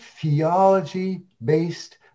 theology-based